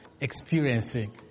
experiencing